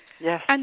Yes